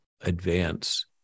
advance